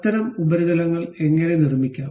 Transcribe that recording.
അത്തരം ഉപരിതലങ്ങൾ എങ്ങനെ നിർമ്മിക്കാം